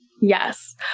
Yes